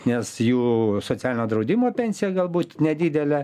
nes jų socialinio draudimo pensija galbūt nedidelė